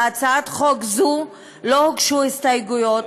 להצעת חוק זו לא הוגשו הסתייגויות,